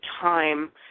time